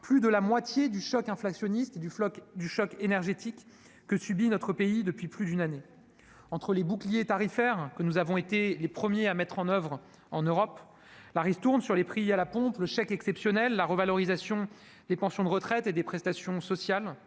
plus de la moitié du choc inflationniste et du choc énergétique que subit notre pays depuis plus d'une année. Entre le bouclier tarifaire que nous avons été les premiers à mettre en oeuvre en Europe, la ristourne sur les prix à la pompe, le chèque exceptionnel et la revalorisation des pensions de retraite et des prestations sociales,